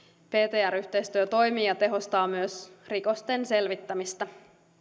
ptr yhteistyö toimii ja tehostaa myös rikosten selvittämistä